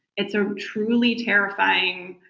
it's a truly terrifying